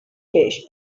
peix